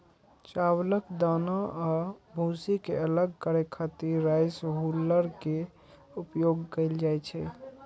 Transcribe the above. चावलक दाना आ भूसी कें अलग करै खातिर राइस हुल्लर के उपयोग कैल जाइ छै